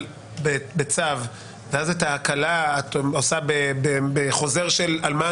בצו ואז את ההקלה את עושה בחוזר של על מה